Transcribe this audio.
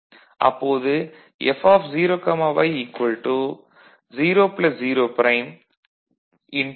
அப்போது F0y 0 0'